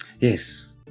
Yes